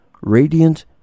radiant